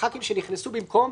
חברי הכנסת שנכנסו במקום,